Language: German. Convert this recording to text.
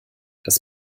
das